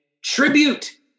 tribute